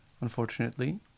unfortunately